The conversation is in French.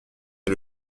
est